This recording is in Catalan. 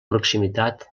proximitat